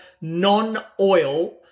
non-oil